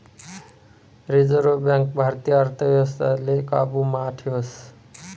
reserve Bank भारतीय अर्थव्यवस्थाले काबू मा ठेवस